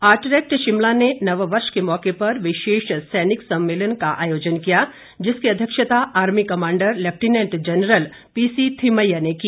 ARTRAC Shimla ने नववर्ष के मौके पर विशेष सैनिक सम्मेलन का आयोजन किया जिसकी अध्यक्षता army commander lieutenant general PC Thimmaiah ने की